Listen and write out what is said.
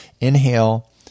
inhale